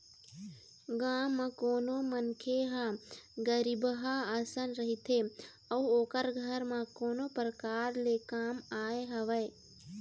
गाँव म कोनो मनखे ह गरीबहा असन रहिथे अउ ओखर घर म कोनो परकार ले काम आय हवय